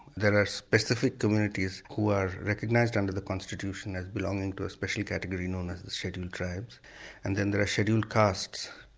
there are specific communities who are recognised under the constitution as belonging to a special category known as the scheduled tribes and then there are scheduled castes.